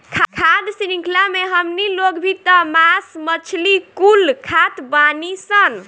खाद्य शृंख्ला मे हमनी लोग भी त मास मछली कुल खात बानीसन